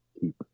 keep